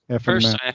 first